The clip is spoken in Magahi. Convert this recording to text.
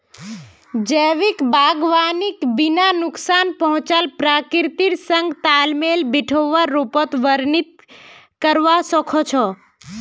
जैविक बागवानीक बिना नुकसान पहुंचाल प्रकृतिर संग तालमेल बिठव्वार रूपत वर्णित करवा स ख छ